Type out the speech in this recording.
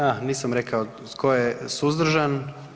A nisam rekao, tko je suzdržan?